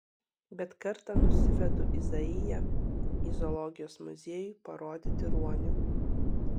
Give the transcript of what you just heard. bet kartą nusivedu izaiją į zoologijos muziejų parodyti ruonių